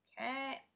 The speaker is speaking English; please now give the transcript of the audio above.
Okay